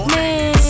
Man